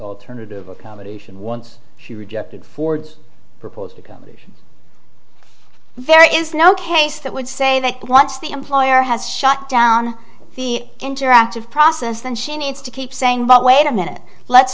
alternative accommodation once she rejected ford's proposed become a very is no case that would say that once the employer has shut down the interactive process then she needs to keep saying but wait a minute let's